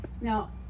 Now